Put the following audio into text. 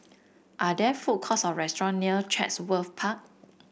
are there food courts or restaurant near Chatsworth Park